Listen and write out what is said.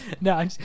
No